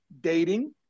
dating